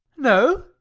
no?